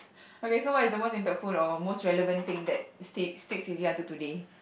okay so what is the most impactful or most relevant thing that stick sticks with you until today